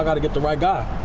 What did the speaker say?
um got to get the right guy.